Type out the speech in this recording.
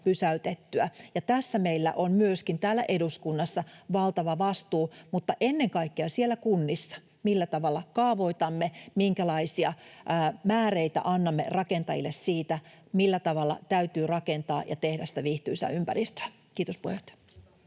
Tässä meillä on myöskin täällä eduskunnassa valtava vastuu, mutta ennen kaikkea siellä kunnissa: millä tavalla kaavoitamme, minkälaisia määreitä annamme rakentajille siitä, millä tavalla täytyy rakentaa ja tehdä sitä viihtyisää ympäristöä. — Kiitos, puheenjohtaja.